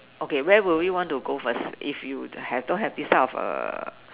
okay where will we want to go first if you have don't have these type of uh